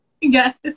Yes